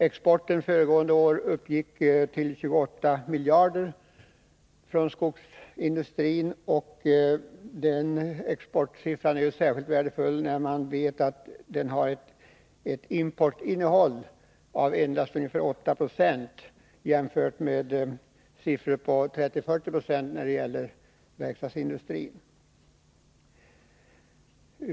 Exporten föregående år uppgick till 28 miljarder kronor när det gäller skogsindustrin. Den exportsiffran är särskilt värdefull, när man vet att den har ett importinnehåll på endast ungefär 8 76, jämfört med siffror på 30-40 20 för verkstadsindustrin.